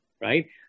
right